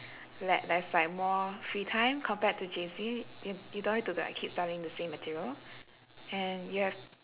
like there's like more free time compared to J_C y~ you don't need to like keep studying the same material and you have